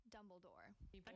Dumbledore